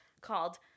called